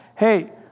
hey